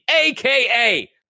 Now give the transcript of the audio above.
aka